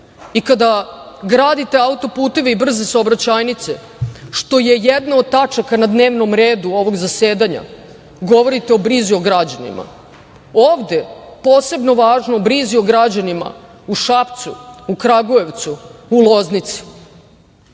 Kada gradite auto-puteve i brze saobraćajnice što je jedno o tačaka na dnevnom redu ovog zasedanja, govorite o brizi o građanima. Ovde posebno važno, brizi o građanima u Šapcu, u Kragujevcu, u Loznici